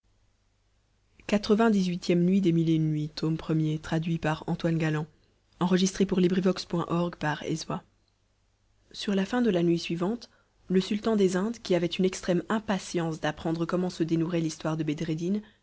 sur la fin de la nuit suivante le sultan des indes qui avait une extrême impatience d'apprendre comment se dénouerait l'histoire de